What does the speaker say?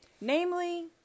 Namely